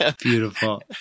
Beautiful